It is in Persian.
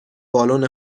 بالن